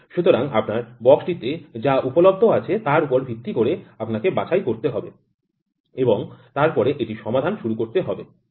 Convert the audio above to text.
সুতরাং আপনার বাক্সটিতে যা উপলব্ধ আছে তার উপর ভিত্তি করে আপনাকে বাছাই করতে হবে এবং তারপরে এটি সমাধান শুরু করতে হবে